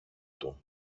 του